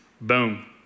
boom